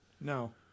no